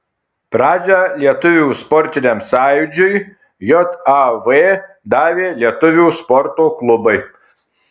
pradžią lietuvių sportiniam sąjūdžiui jav davė lietuvių sporto klubai